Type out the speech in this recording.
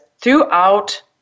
throughout